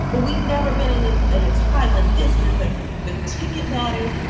well, we've never been in in and a time like this where it's like the ticket matters.